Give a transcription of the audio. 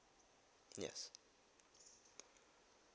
yes